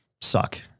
suck